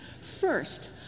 First